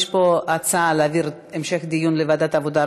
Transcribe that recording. יש פה הצעה להעביר להמשך דיון לוועדת העבודה,